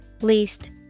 Least